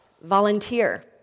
volunteer